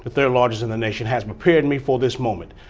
third largest in the nation has prepared me for this moment.